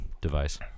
device